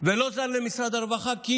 ולא זר למשרד הרווחה, כי